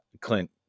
Clint